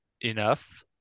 enough